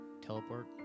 teleport